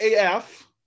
af